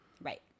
Right